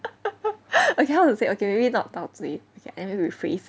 okay how to say okay maybe not 到追 I need to rephrase